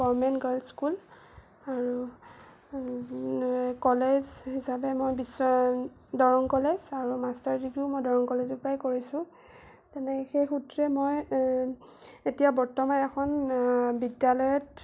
government girls school আৰু college হিচাপে মই বিশ্ব দৰং কলেজ আৰু মাষ্টাৰ ডিগ্ৰীও মই দৰং কলেজৰ পৰাই কৰিছোঁ তেনে সেইসূত্ৰে মই এতিয়া বৰ্তমান এখন বিদ্যালয়ত